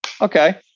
Okay